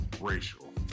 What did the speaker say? racial